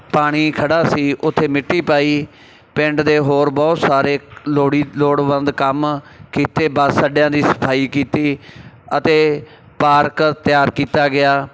ਪਾਣੀ ਖੜ੍ਹਾ ਸੀ ਉੱਥੇ ਮਿੱਟੀ ਪਾਈ ਪਿੰਡ ਦੇ ਹੋਰ ਬਹੁਤ ਸਾਰੇ ਲੋੜੀ ਲੋੜਵੰਦ ਕੰਮ ਕੀਤੇ ਬੱਸ ਅੱਡਿਆਂ ਦੀ ਸਫ਼ਾਈ ਕੀਤੀ ਅਤੇ ਪਾਰਕ ਤਿਆਰ ਕੀਤਾ ਗਿਆ